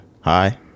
Hi